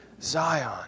Zion